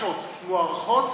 מהבקשות מוארכות,